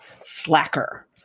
slacker